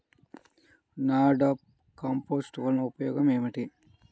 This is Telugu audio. నాడాప్ కంపోస్ట్ వలన ఉపయోగం ఏమిటి?